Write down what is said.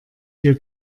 wir